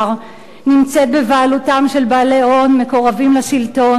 נמצאת בבעלותם של בעלי הון מקורבים לשלטון,